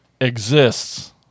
Exists